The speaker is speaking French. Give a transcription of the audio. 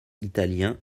italien